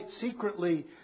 secretly